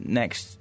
next